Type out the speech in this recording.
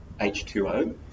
H2O